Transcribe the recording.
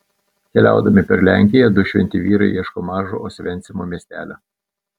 keliaudami per lenkiją du šventi vyrai ieško mažo osvencimo miestelio